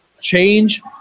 change